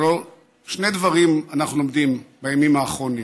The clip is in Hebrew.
שני דברים אנחנו לומדים בימים האחרונים: